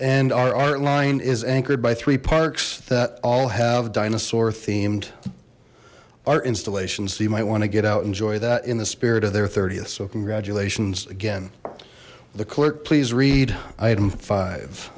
and our art line is anchored by three parks that all have dinosaur themed art installations so you might want to get out enjoy that in the spirit of their th so congratulations again the clerk please read item five